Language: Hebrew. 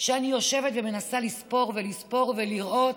שאני יושבת ומנסה לספור ולספור ולראות,